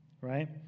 right